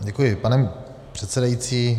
Děkuji, pane předsedající.